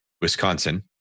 Wisconsin